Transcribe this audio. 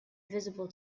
visible